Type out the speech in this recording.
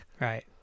Right